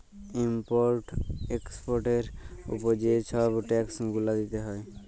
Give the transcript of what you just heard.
import এক্সপর্টের উপরে যে ছব ট্যাক্স গুলা দিতে হ্যয়